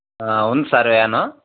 ఉంది sir van